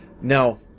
Now